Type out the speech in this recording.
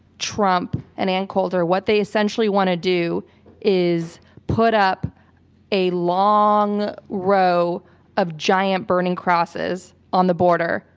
trump and ann coulter, what they essentially want to do is put up a long row of giant burning crosses on the border.